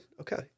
Okay